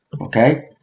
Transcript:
okay